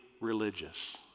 religious